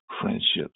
friendships